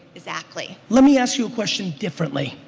exactly. let me ask you question differently?